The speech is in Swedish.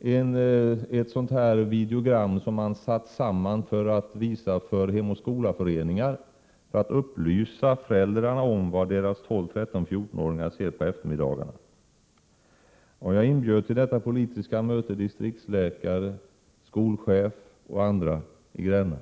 ett sådant Ändringar i tryckfri videogram som man satt samman för att visa för Hemoch skola-föreningar i hetsförordningen syfte att upplysa föräldrarna om vad deras 12-, 13 och 14-åringar ser på ” ni eftermiddagarna. Till detta politiska möte inbjöd jag distriktsläkare, skolchef och andra i Gränna.